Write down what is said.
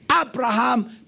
Abraham